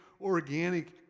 organic